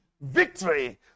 victory